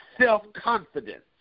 self-confidence